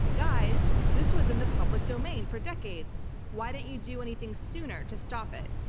guys, this was in the public domain for decades. why don't you do anything sooner to stop it?